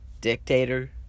dictator